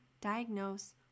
diagnose